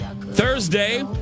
Thursday